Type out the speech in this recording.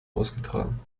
ausgetragen